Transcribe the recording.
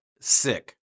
sick